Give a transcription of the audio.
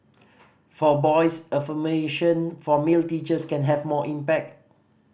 for boys affirmation from male teachers can have more impact